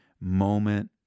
moment